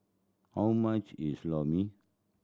how much is Lor Mee